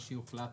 מה שיוחלט